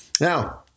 Now